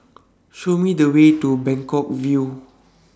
Show Me The Way to Buangkok View